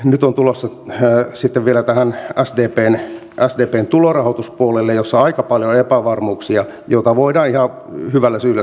nyt ollaan tulossa sitten vielä sdpn tulorahoituspuolelle jossa on aika paljon epävarmuuksia sitä voidaan ihan hyvällä syyllä sanoa hötöksi